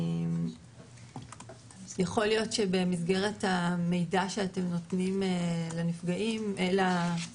יכול להיות שבמסגרת המידע שאתם נותנים לעובדים